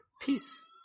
Peace